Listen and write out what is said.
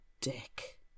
dick